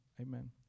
Amen